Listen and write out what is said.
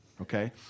okay